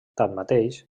tanmateix